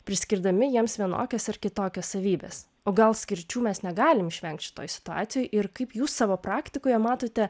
priskirdami jiems vienokias ar kitokias savybes o gal skirčių mes negalim išvengt šitoj situacijoj ir kaip jūs savo praktikoje matote